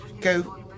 go